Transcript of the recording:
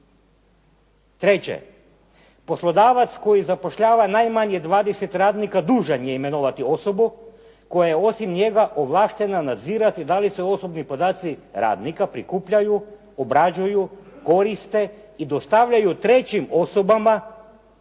Treće, poslodavac koji zapošljava najmanje 20 radnika dužan je imenovati osobu koja je osim njega ovlaštena nadirati da li se osobni podaci radnika prikupljaju, obrađuju, koriste i dostavljaju trećim osobama